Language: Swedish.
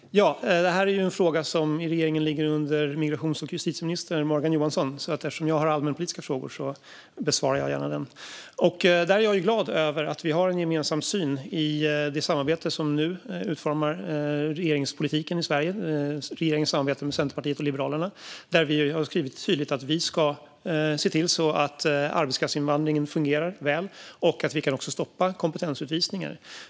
Herr talman! Detta är en fråga som i regeringen ligger under migra-tions och justitieminister Morgan Johansson. Eftersom jag besvarar allmänpolitiska frågor besvarar jag gärna denna fråga. Jag är glad över att vi har en gemensam syn i det samarbete där vi nu utformar regeringspolitiken i Sverige - det är regeringens samarbete med Centerpartiet och Liberalerna. Vi har skrivit tydligt att vi ska se till att arbetskraftsinvandringen fungerar väl och att vi kan stoppa kompetensutvisningar.